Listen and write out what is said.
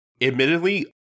Admittedly